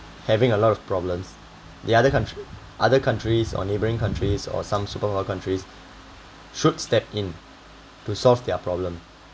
having a lot of problems the other coun~ other countries or neighbouring countries or some superior countries should step in to solve their problem